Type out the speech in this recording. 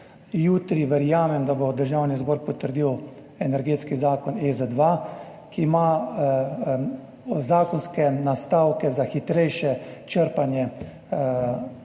Jutri verjamem, da bo Državni zbor potrdil energetski zakon EZ-2, ki ima zakonske nastavke za hitrejše črpanje Sklada